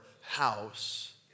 house